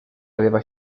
aveva